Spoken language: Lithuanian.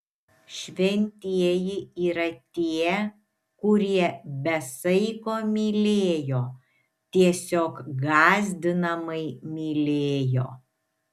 šventieji yra tie kurie be saiko mylėjo tiesiog gąsdinamai mylėjo